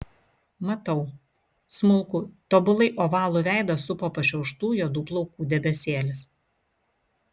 matau smulkų tobulai ovalų veidą supo pašiauštų juodų plaukų debesėlis